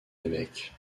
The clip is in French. évêque